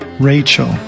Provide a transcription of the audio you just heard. Rachel